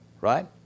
Right